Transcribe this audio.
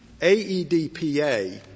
AEDPA